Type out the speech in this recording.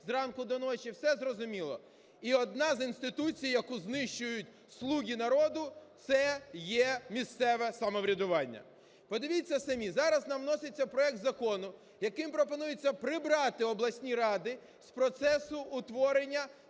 з ранку до ночі. Все зрозуміло. І одна з інституцій, яку знищують "Слуги народу", - це є місцеве самоврядування. Подивіться самі, зараз нам вноситься проект закону, яким пропонується прибрати обласні ради з процесу утворення